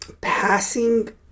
passing